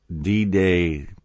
D-Day